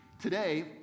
today